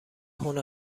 هنر